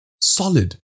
solid